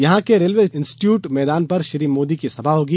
यहां के railway institute मैदान पर श्री मोदी की सभा होगी